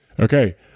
Okay